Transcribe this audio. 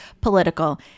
political